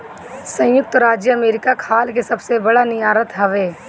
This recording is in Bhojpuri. संयुक्त राज्य अमेरिका खाल के सबसे बड़ निर्यातक हवे